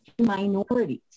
minorities